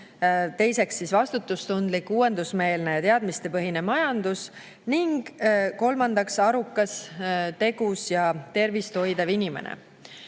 teiseks, vastutustundlik, uuendusmeelne ja teadmistepõhine majandus, ning kolmandaks, arukas, tegus ja tervist hoidev inimene.